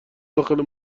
داخل